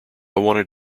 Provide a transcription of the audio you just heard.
wanted